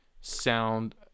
sound